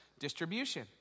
distribution